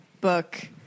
book